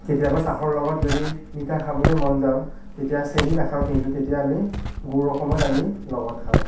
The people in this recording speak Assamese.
কেতিয়াবা চাহৰ লগত যদি মিঠা খাবলৈ মন যাওঁ তেতিয়া চেনি নাখাওঁ কিন্তু তেতিয়া আমি গুড় অকণমান আনি লগত খাওঁ